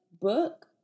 book